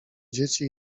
dzieci